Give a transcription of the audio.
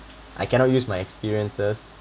I cannot use my experiences